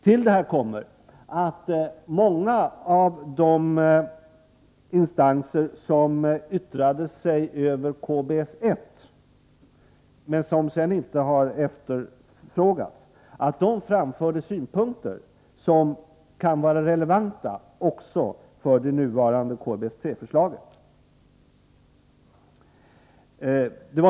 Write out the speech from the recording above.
Till detta kommer att många av de instanser som yttrade sig över KBS-1 och som därefter inte tillfrågats, senare har framfört synpunkter som kan vara relevanta också i fråga om KBS-3-förslaget.